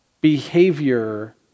Behavior